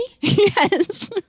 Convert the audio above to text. Yes